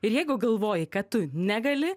ir jeigu galvoji kad tu negali